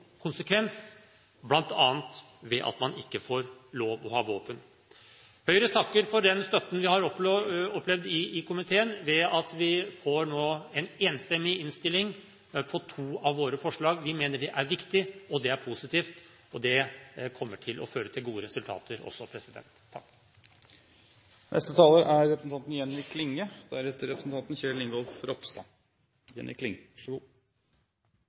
konsekvens, bl.a. ved at man ikke får lov til å ha våpen. Høyre takker for den støtten vi har opplevd i komiteen ved at vi nå får en enstemmig innstilling på to av våre forslag. Vi mener det er viktig, og det er positivt. Det kommer til å føre til gode resultater også. Mykje av kriminaliteten vi har i landet vårt, er